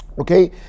Okay